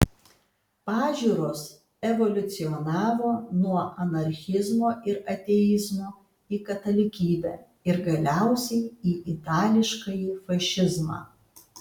pažiūros evoliucionavo nuo anarchizmo ir ateizmo į katalikybę ir galiausiai į itališkąjį fašizmą